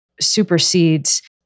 supersedes